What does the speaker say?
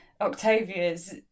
Octavia's